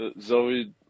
Zoe